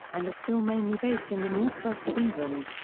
and are still mainly based in the northwest of england.